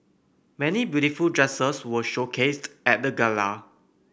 many beautiful dresses were showcased at the gala